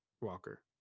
Walker